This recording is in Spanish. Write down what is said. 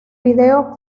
video